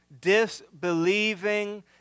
disbelieving